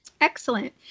excellent